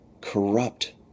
corrupt